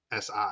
SI